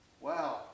Wow